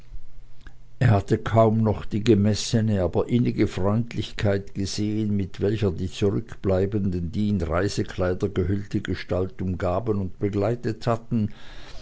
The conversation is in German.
er hatte kaum noch die gemessene aber innige freundlichkeit gesehen mit welcher die zurückbleibenden die in reisekleider gehüllte gestalt umgeben und begleitet hatten